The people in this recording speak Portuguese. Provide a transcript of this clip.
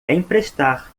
emprestar